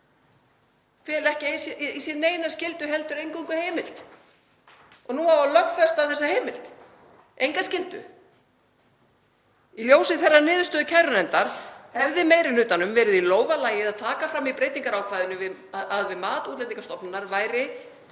á, ekki fela í sér neina skyldu heldur eingöngu heimild. Og nú á að lögfesta þessa heimild — enga skyldu. Í ljósi þeirrar niðurstöðu kærunefndar hefði meiri hlutanum verið í lófa lagið að taka fram í breytingarákvæðinu að við mat Útlendingastofnunar væri